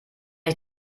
ich